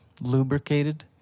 lubricated